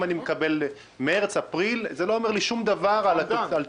אם אני מקבל במרץ או באפריל זה לא אומר לי שום דבר על התוצאות.